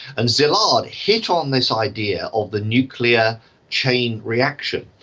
and szilard hit on this idea of the nuclear chain reaction,